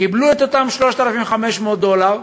קיבלו את אותם 3,500 דולר,